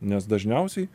nes dažniausiai